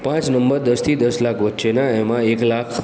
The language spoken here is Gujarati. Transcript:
પાંચ નંબર દસથી દસ લાખ વચ્ચેના એમાં એક લાખ